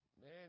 man